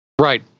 Right